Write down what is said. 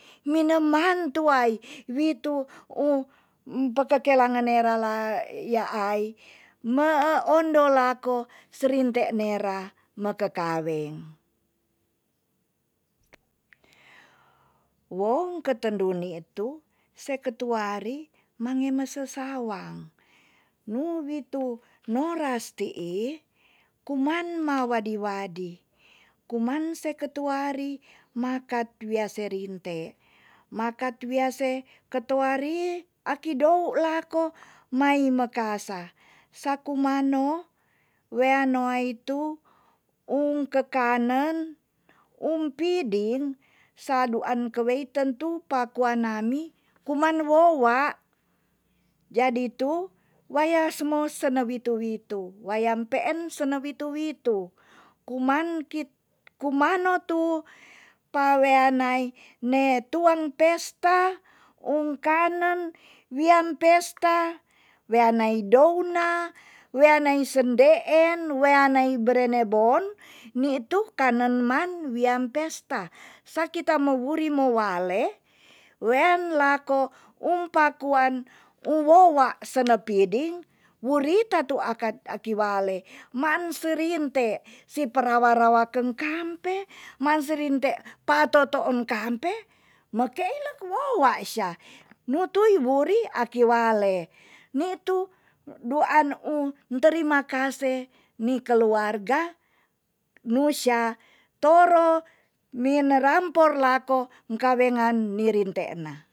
Mi neman tuai witu ung mpe kekelangann nera la yaai mee ondo lako serintr nera me kekaweng wong ketendu nitu se ketuari mange me sesawang nu witu noras tii kuman ma wadi wadi. kuman se ketuari makat wia serinte makat wia se ketoari aki dou lako mai mekasa sa kuman no wea noa itu ung kekanen umpiding saduan keweiten tu pakua nami kuman wo wa jadi tu waya sumo sene witu witu wayam peen sene witu witu kuman kit kuma no tu pawean nai ne tuang pesta ung kanen wian pesta wea nai douna wea nai sendeen. wea nai brenebon nitu kanen man wiam pesta saki ta mo wuri mo wale wean lako um pakuan u wo wa senepiding wuru ta tu akat aki wale maan sirinte si perawa rawa keng kampe man sirinte pa totoon kampe ma keilek wowa sya nutui wuri aki wale. nitu duan ung terima kase ni keluargga nu sya toro mine rampor lako ung kawengan ni rinte na